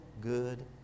good